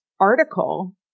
article